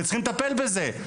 וצריכים לטפל בזה.